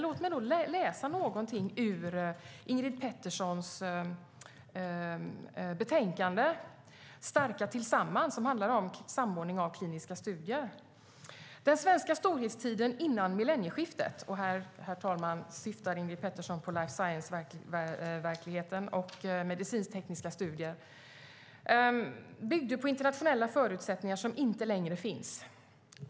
Låt mig läsa lite ur Ingrid Peterssons betänkande Starka tillsammans som handlar om samordning av kliniska studier: "Den svenska storhetstiden innan millennieskiftet" - här syftar Ingrid Petersson på life science-verkligheten och medicinsktekniska studier - "byggde på internationella förutsättningar som inte längre finns."